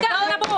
נמוך.